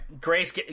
Grace